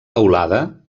teulada